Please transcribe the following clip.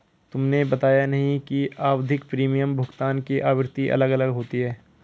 तुमने बताया नहीं कि आवधिक प्रीमियम भुगतान की आवृत्ति अलग अलग होती है